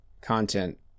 content